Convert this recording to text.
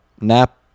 Nap